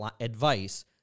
advice